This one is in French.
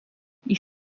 ils